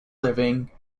living